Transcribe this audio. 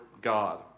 God